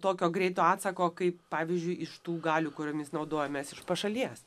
tokio greito atsako kaip pavyzdžiui iš tų galių kuriomis naudojamės iš pašalies